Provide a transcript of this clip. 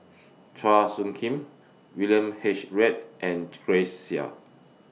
Chua Soo Khim William H Read and Grace Chia